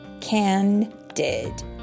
candid